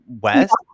west